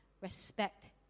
respect